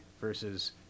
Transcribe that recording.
versus